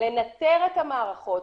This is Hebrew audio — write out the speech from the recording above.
לנטר את המערכות,